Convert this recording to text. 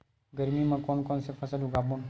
गरमी मा कोन कौन से फसल उगाबोन?